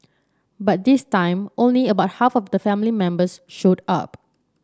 but this time only about half of the family members showed up